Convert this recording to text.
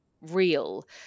real